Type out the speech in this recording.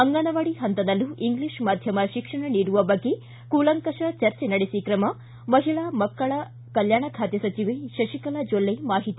ಅಂಗನವಾಡಿ ಹಂತದಲ್ಲೂ ಇಂಗ್ಲಿಷ ಮಾಧ್ಯಮ ಶಿಕ್ಷಣ ನೀಡುವ ಬಗ್ಗೆ ಕೂಲಂಕಷ ಚರ್ಚೆ ನಡೆಸಿ ಕ್ರಮ ಮಹಿಳಾ ಮಕ್ಕಳ ಕಲ್ಯಾಣ ಖಾತೆ ಸಚಿವೆ ಶತಿಕಲಾ ಜೊಲ್ಲೆ ಮಾಹಿತಿ